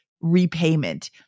repayment